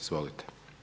Izvolite.